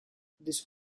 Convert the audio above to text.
this